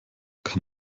kann